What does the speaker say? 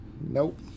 Nope